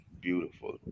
beautiful